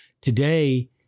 Today